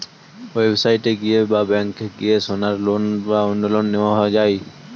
website এ গিয়ে বা ব্যাংকে গিয়ে সোনার লোন বা অন্য লোন নেওয়া যায়